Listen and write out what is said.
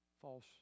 false